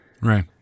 Right